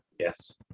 Yes